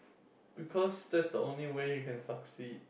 because that's the only way you can succeed